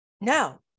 no